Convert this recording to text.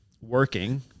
working